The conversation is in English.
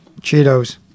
Cheetos